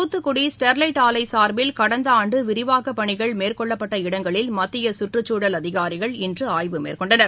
தூத்துக்குடி ஸ்டெர்லைட் ஆலை சார்பில் கடந்த ஆண்டு விரிவாக்கப் பணிகள் மேற்னொள்ளப்பட்ட இடங்களில் மத்திய சுற்றுச்சூழல் அதிகாரிகள் இன்று ஆய்வு மேற்கொண்டனர்